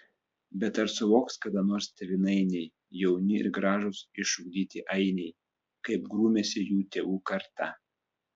bet ar suvoks kada nors tėvynainiai jauni ir gražūs išugdyti ainiai kaip grūmėsi jų tėvų karta